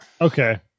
okay